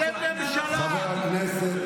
חברת הכנסת טטיאנה מזרסקי, אינה נוכחת.